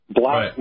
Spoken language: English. black